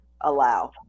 allow